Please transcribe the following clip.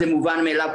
זה מובן מאליו',